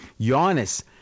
Giannis